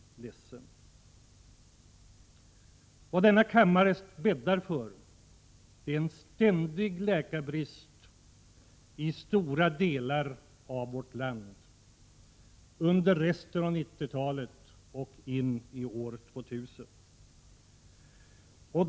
Behandlingen av dessa ärenden här i kammaren bäddar för en ständig läkarbrist i stora delar av vårt land under resten av 1990-talet och in på år 2000.